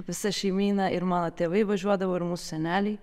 visa šeimyna ir mano tėvai važiuodavo ir mūsų seneliai